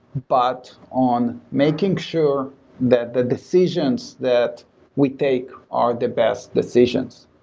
but on making sure that the decisions that we take are the best decisions.